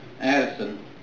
Addison